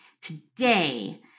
today